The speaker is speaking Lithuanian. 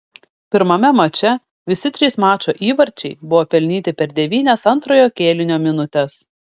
pirmame mače visi trys mačo įvarčiai buvo pelnyti per devynias antrojo kėlinio minutes